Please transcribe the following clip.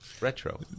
retro